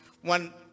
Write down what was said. One